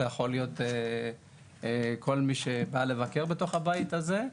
זה גם יכול להיות כל מי שמגיע לבקר בתוך הבית הזה.